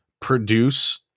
produce